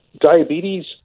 diabetes